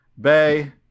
Bay